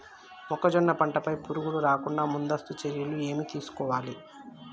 మొక్కజొన్న పంట పై పురుగు రాకుండా ముందస్తు చర్యలు ఏం తీసుకోవాలి?